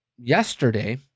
yesterday